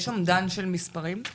יש אומדן של מספרים?